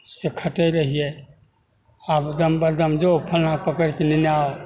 से खटैत रहिए आब जो फलनाके पकड़िके लेने आ